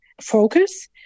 focus